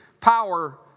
power